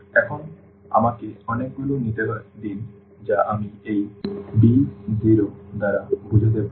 এখন আমাকে অনেকগুলো নিতে দিন যা আমি এই b0 দ্বারা বোঝাতে পারি